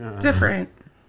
Different